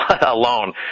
alone